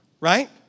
right